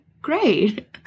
Great